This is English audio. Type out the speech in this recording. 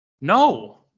No